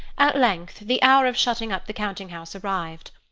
at length the hour of shutting up the counting-house arrived.